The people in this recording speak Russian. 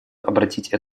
обратить